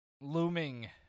looming